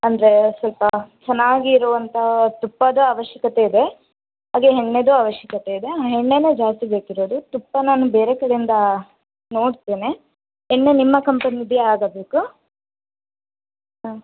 ಅಂದರೆ ಸ್ವಲ್ಪ ಚೆನ್ನಾಗಿರೋವಂಥ ತುಪ್ಪದ ಅವಶ್ಯಕತೆ ಇದೆ ಹಾಗೆ ಎಣ್ಣೆದು ಅವಶ್ಯಕತೆ ಇದೆ ಎಣ್ಣೆನೇ ಜಾಸ್ತಿ ಬೇಕಿರೋದು ತುಪ್ಪ ನಾನು ಬೇರೆ ಕಡೆಯಿಂದ ನೋಡ್ತೇನೆ ಎಣ್ಣೆ ನಿಮ್ಮ ಕಂಪನಿದೆ ಆಗಬೇಕು ಹಾಂ